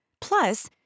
Plus